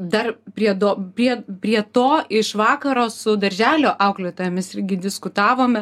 dar priedo prie prie to iš vakaro su darželio auklėtojomis irgi diskutavome